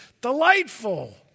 delightful